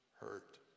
hurt